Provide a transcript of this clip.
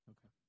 Okay